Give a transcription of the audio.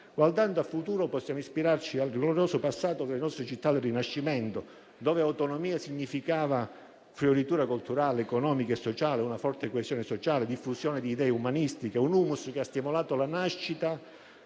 Guardando al futuro, possiamo ispirarci al glorioso passato delle nostre città del Rinascimento, in cui autonomia significava fioritura culturale, economica e sociale, una forte coesione sociale e la diffusione di idee umanistiche, un *humus* che ha stimolato la nascita